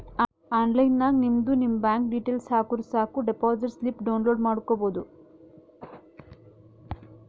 online ನಾಗ್ ನಿಮ್ದು ನಿಮ್ ಬ್ಯಾಂಕ್ ಡೀಟೇಲ್ಸ್ ಹಾಕುರ್ ಸಾಕ್ ಡೆಪೋಸಿಟ್ ಸ್ಲಿಪ್ ಡೌನ್ಲೋಡ್ ಮಾಡ್ಕೋಬೋದು